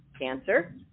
cancer